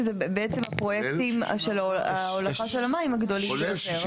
שזה בעצם הפרויקטים של ההולכה של המים הגדולים ביותר.